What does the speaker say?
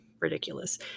ridiculous